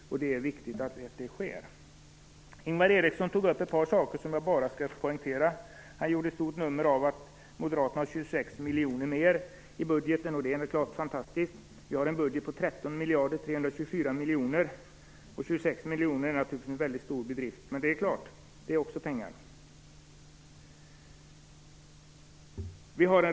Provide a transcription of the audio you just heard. Det är viktigt. Ingvar Eriksson tog upp ett par saker som jag vill kommentera. Han gjorde ett stort nummer av att Moderaterna har 26 miljoner kronor mer i budgeten, och att det skulle vara fantastiskt. Vi har en budget på 26 miljoner kronor alltså vara en väldigt stor bedrift. Men det är klart, det är också pengar.